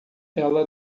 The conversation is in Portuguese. ela